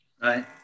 Right